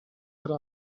would